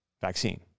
vaccine